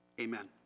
Amen